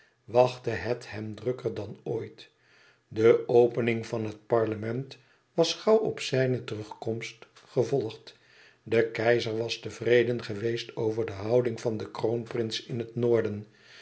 wachtte het hem drukker dan ooit de opening van het parlement was gauw op zijne terugkomst gevolgd de keizer was tevreden geweest over de houding van den kroonprins in het noorden